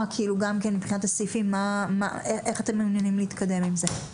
גם מבחינת הסעיפים איך אתם מעוניינים להתקדם עם זה.